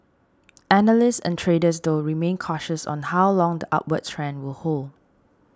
analysts and traders though remain cautious on how long the upward trend will hold